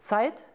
Zeit